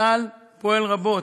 צה"ל פועל רבות,